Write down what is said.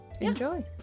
Enjoy